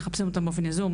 מחפשים אותם באופן יזום.